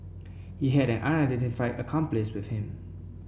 he had an unidentified accomplice with him